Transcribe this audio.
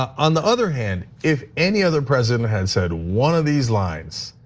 on the other hand, if any other president had said one of these lines,